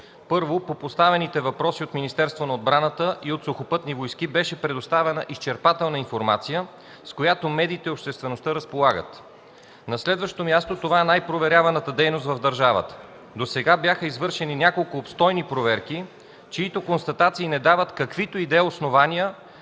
Първо, по поставените въпроси от Министерството на отбраната и от Сухопътни войски беше предоставена изчерпателна информация, с която медиите и обществеността разполагат. На следващо място, това е най-проверяваната дейност в държавата. Досега бяха извършени няколко обстойни проверки, чиито констатации не дават каквито и да са основания